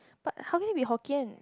but how can it be Hokkien